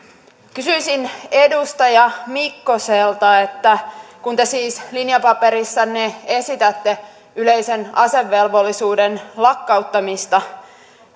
kysyisin edustaja mikkoselta kun te siis linjapaperissanne esitätte yleisen asevelvollisuuden lakkauttamista